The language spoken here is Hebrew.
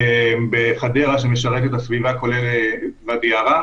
בחדרה שמשרת את הסביבה, כולל את ואדי ערה.